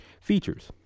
Features